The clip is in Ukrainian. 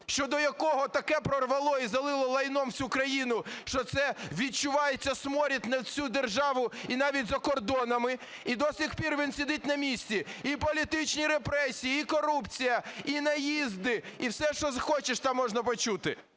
щодо якого таке прорвало і залило лайном всю країну, що це відчувається сморід на всю державу і навіть за кордоном. І до сих пір він сидить на місці. І політичні репресії, і корупція, і наїзди, і все що хочеш там можна почути.